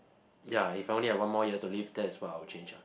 ya if I only had one more year to live that's what I would change lah